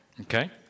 Okay